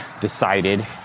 decided